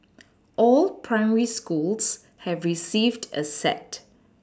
all primary schools have received a set